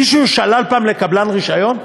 מישהו שלל פעם לקבלן רישיון?